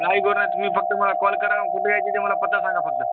काय करा ना तुम्ही फक्त मला कॉल करा कुठे आहे ते मला पत्ता सांगा फक्त